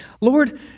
Lord